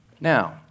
Now